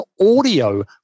audio